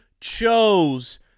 chose